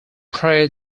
pray